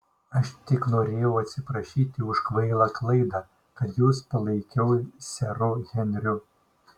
aš tik norėjau atsiprašyti už kvailą klaidą kad jus palaikiau seru henriu